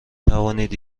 توانید